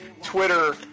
Twitter